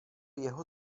jeho